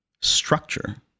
structure